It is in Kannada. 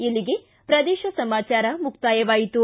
ಇಲ್ಲಿಗೆ ಪ್ರದೇಶ ಸಮಾಚಾರ ಮುಕ್ತಾಯವಾಯಿತು